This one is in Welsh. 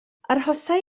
arhosai